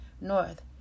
north